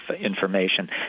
information